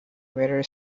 weather